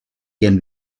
can